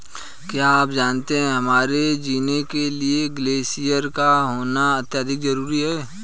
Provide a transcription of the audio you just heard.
क्या आप जानते है हमारे जीने के लिए ग्लेश्यिर का होना अत्यंत ज़रूरी है?